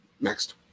next